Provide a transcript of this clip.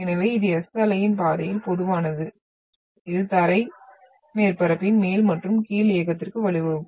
எனவே இது S அலையின் பாதையில் பொதுவானது இது தரை மேற்பரப்பின் மேல் மற்றும் கீழ் இயக்கத்திற்கு வழிவகுக்கும்